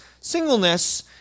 singleness